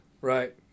Right